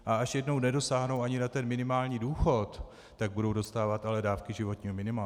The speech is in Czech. A až jednou nedosáhnou ani na minimální důchod, tak budou ale dostávat dávky životního minima.